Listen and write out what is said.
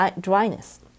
dryness